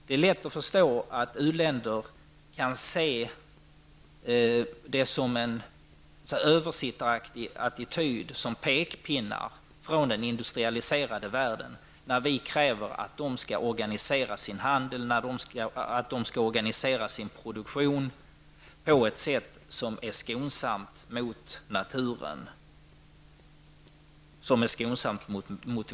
Det är lätt att förstå att u-länder kan se det som översittarattityd, som pekpinnar från den industrialiserade världen när vi kräver att de skall organisera sin handel och sin produktion på ett sätt som är skonsamt mot naturen.